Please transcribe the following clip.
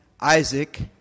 Isaac